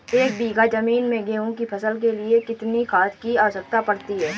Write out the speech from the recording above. एक बीघा ज़मीन में गेहूँ की फसल के लिए कितनी खाद की आवश्यकता पड़ती है?